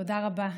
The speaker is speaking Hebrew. תודה רבה,